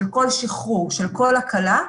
של כל שחרור ושל כל הקלה.